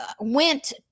went